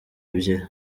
ebyiri